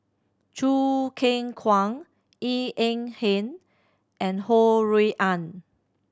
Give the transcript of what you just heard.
Choo Keng Kwang Eng Ng Hen and Ho Rui An